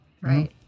Right